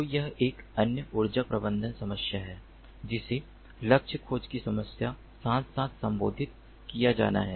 तो यह एक अन्य ऊर्जा प्रबंधन समस्या है जिसे लक्ष्य खोज की समस्या के साथ साथ संबोधित किया जाना है